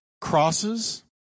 crosses